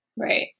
Right